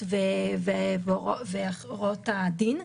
--- ולהוסיף את ההבהרה שיש הגבלה בתנועה החופשית